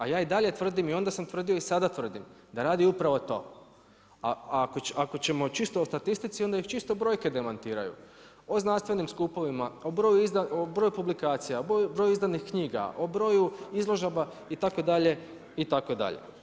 A ja i dalje tvrdim i onda sam tvrdio i sada tvrdim da radi upravo to, a ako ćemo čisto o statistici onda ih čisto brojke demantiraju o znanstvenim skupovima, o broju publikacija, o broju izdanih knjiga, o broju izložaba itd. itd.